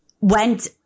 went